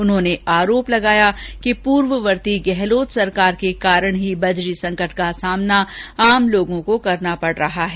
उन्होंने आरोप लगाया कि पुर्ववर्ती गहलोत सरकार के कारण ही बजरी संकट का सामना आम लोगों को करना पड़ रहा है